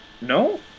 No